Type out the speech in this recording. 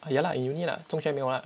ya lah in uni lah 中学没有 lah